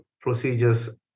procedures